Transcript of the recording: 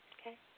okay